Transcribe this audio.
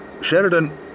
Sheridan